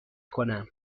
کنم